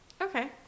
okay